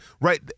right